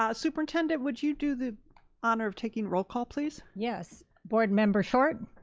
ah superintendent, would you do the honor of taking roll call please? yes. board member short.